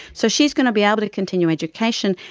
so she's going to be able to continue education,